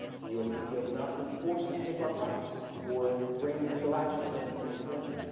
the uspto cannot enforce your trademark rights. or bring legal action against an infringer.